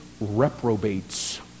reprobates